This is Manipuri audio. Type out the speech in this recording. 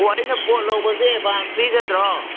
ꯑꯣ ꯑꯩꯅ ꯄꯣꯠ ꯂꯧꯕꯁꯦ ꯑꯦꯠꯕꯥꯟꯁ ꯄꯤꯒꯗ꯭ꯔꯣ